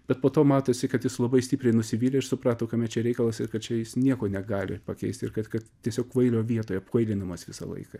bet po to matėsi kad jis labai stipriai nusivylė ir suprato kame čia reikalas ir kad čia jis nieko negali pakeist ir kad kad tiesiog kvailio vietoj apkvailinamas visą laiką